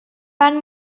van